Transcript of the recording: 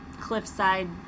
cliffside